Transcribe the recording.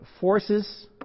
forces